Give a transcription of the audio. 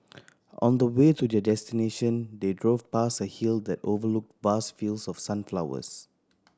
on the way to their destination they drove past a hill that overlooked vast fields of sunflowers